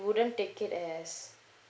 wouldn't take it as